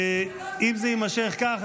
אם זה יימשך כך,